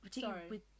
sorry